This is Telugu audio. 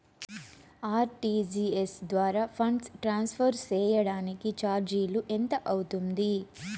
ఆర్.టి.జి.ఎస్ ద్వారా ఫండ్స్ ట్రాన్స్ఫర్ సేయడానికి చార్జీలు ఎంత అవుతుంది